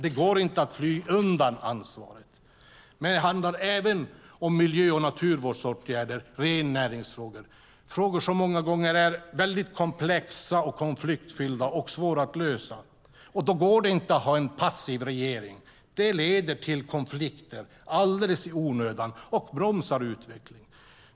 Det går inte att fly undan ansvaret. Men det handlar även om miljö och naturvårdsåtgärder och rennäringsfrågor. Det är frågor som många gånger är väldigt komplexa, konfliktfyllda och svåra att lösa. Då går det inte att ha en passiv regering. Det leder till konflikter alldeles i onödan och bromsar utvecklingen.